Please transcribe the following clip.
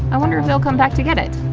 i wonder if they'll come back to get it